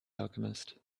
alchemist